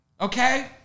Okay